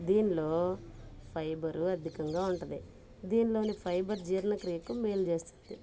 దీనిలో ఫైబరు అధికంగా ఉంటది దీనిలోని ఫైబరు జీర్ణక్రియకు మేలు చేస్తుంది